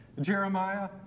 Jeremiah